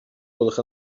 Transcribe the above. gwelwch